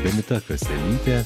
benita kaselytė